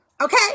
okay